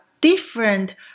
different